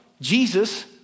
Jesus